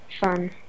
fun